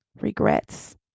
regrets